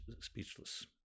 speechless